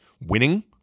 winning